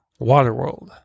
Waterworld